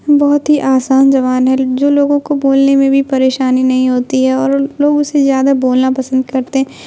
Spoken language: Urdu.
بہت ہی آسان زبان ہے جو لوگوں کو بولنے میں بھی پریشانی نہیں ہوتی ہے اور لوگ اسے زیادہ بولنا پسند کرتے ہیں